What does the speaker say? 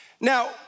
Now